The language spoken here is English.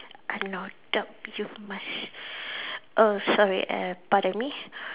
I don't know you must oh sorry uh pardon me